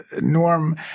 Norm